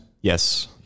Yes